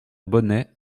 bonnet